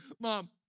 mom